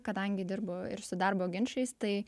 kadangi dirbu ir su darbo ginčais tai